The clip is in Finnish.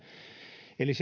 eli